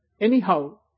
anyhow